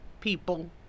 people